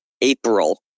April